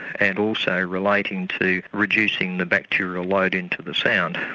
and also relating to reducing the bacterial load into the sound.